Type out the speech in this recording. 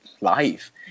life